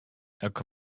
elk